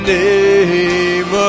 name